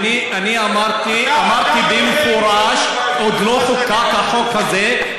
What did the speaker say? אתה, אני אמרתי במפורש: עוד לא חוקק החוק הזה.